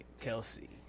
Kelsey